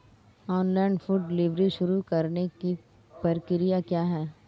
Online food delivery शुरू करने की प्रक्रिया क्या है?